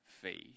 faith